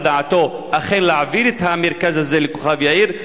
דעתו אכן להעביר את המרכז הזה לכוכב-יאיר,